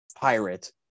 pirate